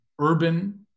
urban